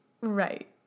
Right